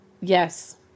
Yes